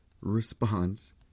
responds